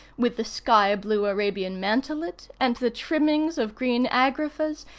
with the sky-blue arabian mantelet, and the trimmings of green agraffas,